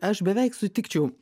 aš beveik sutikčiau